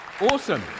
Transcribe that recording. Awesome